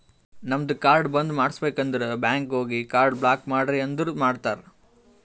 ನಮ್ದು ಕಾರ್ಡ್ ಬಂದ್ ಮಾಡುಸ್ಬೇಕ್ ಅಂದುರ್ ಬ್ಯಾಂಕ್ ಹೋಗಿ ಕಾರ್ಡ್ ಬ್ಲಾಕ್ ಮಾಡ್ರಿ ಅಂದುರ್ ಮಾಡ್ತಾರ್